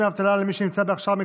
דמי אבטלה למי שנמצא בהכשרה מקצועית),